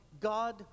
God